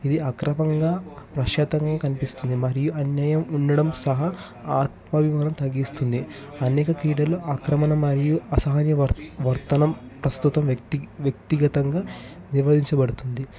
ఇది అక్రమంగా ప్రశాంతంగా కనిపిస్తుంది మరియు అన్యాయం ఉండడం సహ ఆత్మ అభిమానం తగ్గిస్తుంది అనేక క్రీడలు ఆక్రమణ మరియు అసహన వర్తనం ప్రస్తుతం వ్యక్తి వ్యక్తిగతంగా వ్యవహరించబడుతుంది